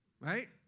right